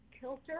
kilter